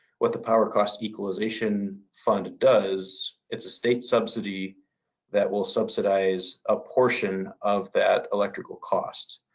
what the power cost equalization fund does, it's a state subsidy that will subsidize a portion of that electrical cost.